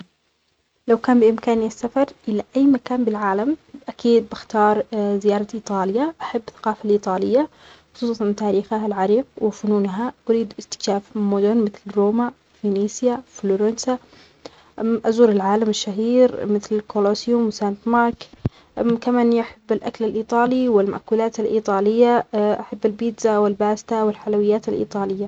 لو كان بإمكاني السفر إلى أي مكان بالعالم أكيد بختار زيارة إيطاليا، أحب الثقافة الإيطالية خصوصا تاريخها العريق وفنونها أريد استكشاف مدن مثل روما، فينيسيا، فلورنسا أزور العالم الشهير مثل كولوسيوم، سانت مارك كمان اني احب الأكل الإيطالي والمأكولات الإيطالية أحب البيتزا والباستا والحلويات الإيطالية